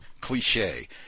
cliche